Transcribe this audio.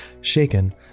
Shaken